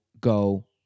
go